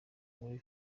muri